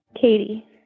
katie